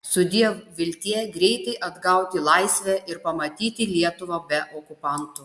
sudiev viltie greitai atgauti laisvę ir pamatyti lietuvą be okupantų